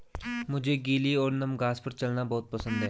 मुझे गीली और नम घास पर चलना बहुत पसंद है